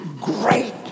great